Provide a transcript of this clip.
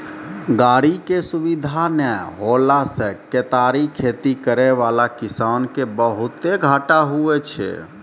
गाड़ी के सुविधा नै होला से केतारी खेती करै वाला किसान के बहुते घाटा हुवै छै